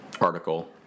article